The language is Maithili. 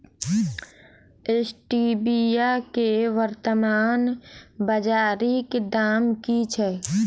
स्टीबिया केँ वर्तमान बाजारीक दाम की छैक?